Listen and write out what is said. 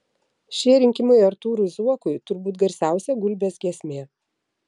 šie rinkimai artūrui zuokui turbūt garsiausia gulbės giesmė